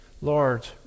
Lord